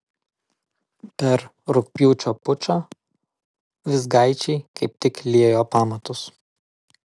per rugpjūčio pučą vizgaičiai kaip tik liejo pamatus